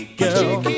girl